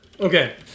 Okay